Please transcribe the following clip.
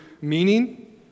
meaning